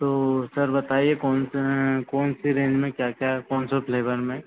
तो सर बताइए कौन कौन सी रेंज में क्या क्या कौन से फ़्लेवर में